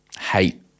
hate